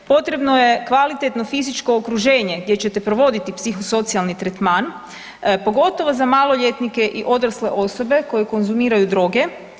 Potrebno je kvalitetno fizičko okruženje gdje ćete provoditi psihosocijalni tretman pogotovo za maloljetnike i odrasle osobe koji konzumiraju droge.